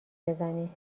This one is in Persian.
بزنی